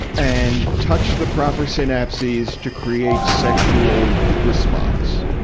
and touch the proper synapses to create sexual response.